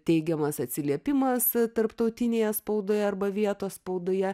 teigiamas atsiliepimas tarptautinėje spaudoje arba vietos spaudoje